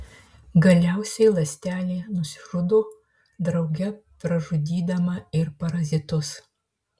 galiausiai ląstelė nusižudo drauge pražudydama ir parazitus